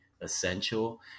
essential